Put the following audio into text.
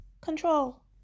control